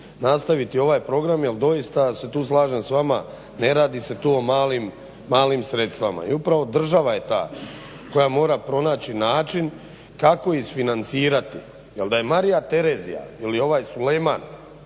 nastaviti ovaj program jel dosita tu se slažem s vama, ne radi se tu o malim sredstvima. I upravo država je ta koja mora pronaći način kako isfinancirati jel da je Marija Terezija ili ovaj Sulejman